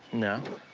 no,